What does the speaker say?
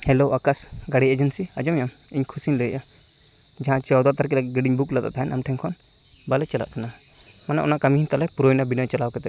hello ᱟᱠᱟᱥ ᱜᱟᱹᱰᱤ agency ᱟᱸᱡᱚᱢᱮᱜ ᱟᱢ ᱤᱧ ᱠᱷᱩᱥ ᱤᱧ ᱞᱟᱹᱭᱮᱜᱼᱟ ᱡᱟᱦᱟᱸ ᱪᱳᱣᱫᱚ ᱛᱟ ᱨᱤᱠᱷ ᱨᱮ ᱜᱟᱹᱰᱤᱧ ᱵᱩᱠ ᱞᱮᱫᱟ ᱛᱟᱦᱮ ᱟᱢᱴᱷᱮᱡ ᱠᱷᱚᱱ ᱵᱟᱞᱮ ᱪᱟᱞᱟᱜ ᱠᱟᱱᱟ ᱢᱟᱱᱮ ᱚᱱᱟ ᱠᱟᱹᱢᱤ ᱛᱟᱞᱮ ᱯᱩᱨᱟᱹᱣ ᱱᱟ ᱵᱤᱱᱟᱹ ᱪᱟᱞᱟᱣ ᱠᱟᱛᱮ ᱜᱮ